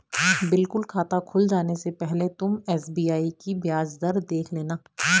बिल्कुल खाता खुल जाने से पहले तुम एस.बी.आई की ब्याज दर देख लेना